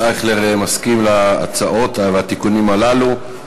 אייכלר מסכים להצעות ולתיקונים הללו.